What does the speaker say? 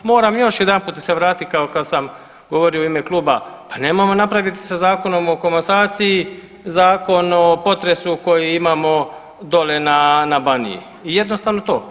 Moram još jedanput se vratit kad sam govorio u ime kluba, pa nemojmo napraviti sa zakonom o komasaciji zakon o potresu koji imam dole na Baniji i jednostavno to.